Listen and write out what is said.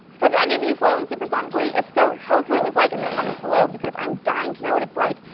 have any of you flown supersonically? if so, tell us what it was link like in the comments below because i'm dying to know what it's like!